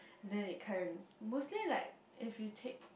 then it can mostly like if you take